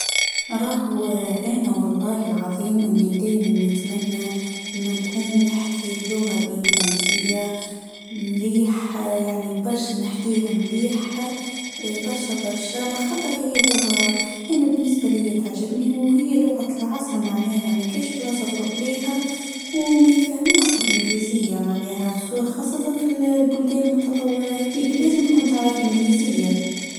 رهوه إني والله العظيم إني دايما نتمنى أنه نكون نحكي اللغه الانجليزيه مليح يعني برشا نحكيها مليح برشا برشا. لخطر هي لغه أنا بالنسبه ليا تعجبني وهي لغة العصر معناها ماكش بلاصه تروح ليها. وما يفهموكش بالانجليزيه معناها خاصه في البلدان المتطوره هديك لأزم تكون تعرف الإنجليزيه.